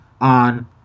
on